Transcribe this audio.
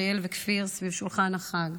אריאל וכפיר סביב שולחן החג,